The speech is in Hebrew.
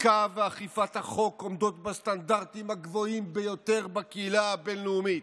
הפסיקה ואכיפת החוק עומדות בסטנדרטים הגבוהים ביותר בקהילה הבין-לאומית.